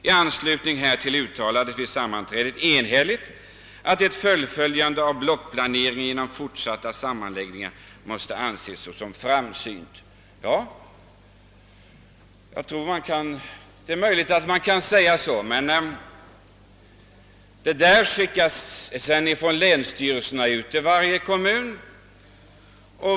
I anslutning härtill uttalades vid sammanträdet enhälligt att ett fullföljande av blockplaneringen genom fortsatta sammanläggningar måste anses såsom framsynt.» Det är möjligt att man kan säga så, men detta uttalande skickas sedan från länsstyrelserna ut till alla kommuner.